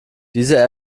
diese